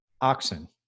oxen